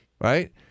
right